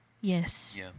Yes